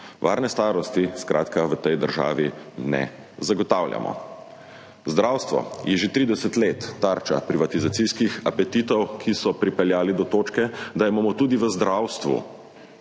Varne starosti skratka v tej državi ne zagotavljamo. Zdravstvo je že 30 let tarča privatizacijskih apetitov, ki so pripeljali do točke, da imamo tudi v zdravstvu